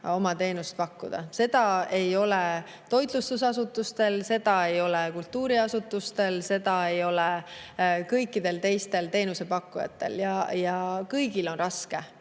oma teenust pakkuda. Seda ei ole toitlustusasutustel, seda ei ole kultuuriasutustel, seda ei ole teistel teenusepakkujatel. Aga kõigil on raske.